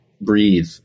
breathe